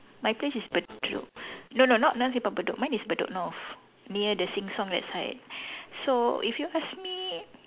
my place is Bedok no no not say Simpang Bedok mine is Bedok north near the Sheng Siong that side so if you ask me